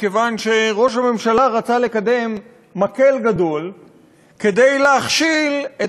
מכיוון שראש הממשלה רצה לקדם מקל גדול כדי להכשיל את